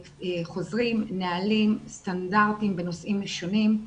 נהלים, סטנדרטים בנושאים שונים.